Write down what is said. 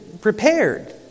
prepared